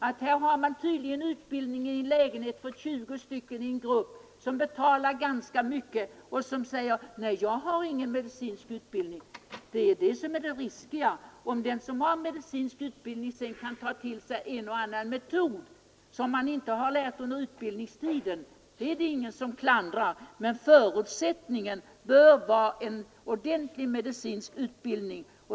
Det riskabla är att sådan utbildning har lämnats i en grupp på 20 deltagare, som betalat ganska mycket för denna akupunkturutbildning men sedan förklarar att de inte har någon medicinsk utbildning. Om den som har medicinsk utbildning sedan kan tillägna sig en och annan metod, som han inte har lärt sig under utbildningstiden, är det ingen som klandrar honom för det, men förutsättningen bör vara en ordentlig medicinsk utbildning.